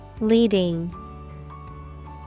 Leading